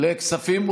כספים.